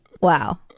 wow